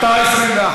אתה ה-21.